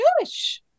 Jewish